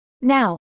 Now